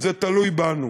זה תלוי בנו.